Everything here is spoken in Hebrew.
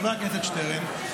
חבר הכנסת שטרן,